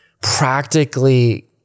practically